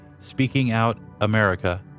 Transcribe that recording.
SpeakingOutAmerica